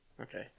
Okay